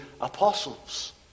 apostles